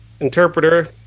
Interpreter